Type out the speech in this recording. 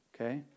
okay